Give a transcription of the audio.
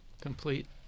complete